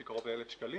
שהיא קרוב לאלף שקלים,